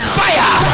fire